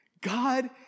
God